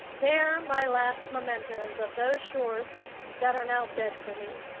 they're my last mementos of those shores that are now dead for me.